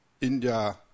India